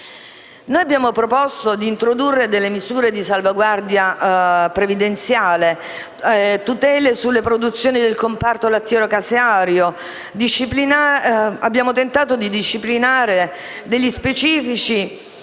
Noi abbiamo proposto di introdurre misure di salvaguardia previdenziale e tutele sulle produzioni del comparto lattiero-caseario. Abbiamo tentato di disciplinare specifici